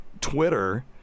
Twitter